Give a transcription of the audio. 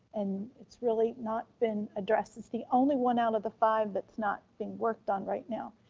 and it's really not been addressed, it's the only one out of the five that's not being worked on right now.